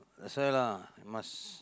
that's why lah must